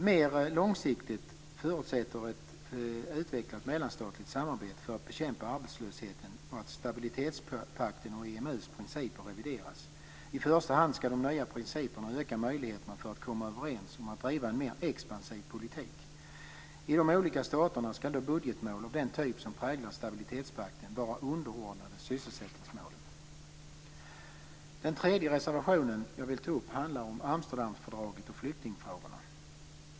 Mer långsiktigt förutsätter ett utvecklat mellanstatligt samarbete för att bekämpa arbetslösheten att stabilitetspaktens och EMU:s principer revideras. I första hand skall de nya principerna öka möjligheterna att komma överens om att driva en mer expansiv politik. I de olika staterna skall då budgetmål av den typ som präglar stabilitetspakten vara underordnade sysselsättningsmålen. Den tredje reservationen jag vill ta upp handlar om Amsterdamfördraget och flyktingfrågorna.